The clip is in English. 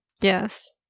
Yes